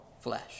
flesh